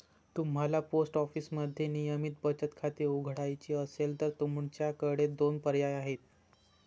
तुम्हाला पोस्ट ऑफिसमध्ये नियमित बचत खाते उघडायचे असेल तर तुमच्याकडे दोन पर्याय आहेत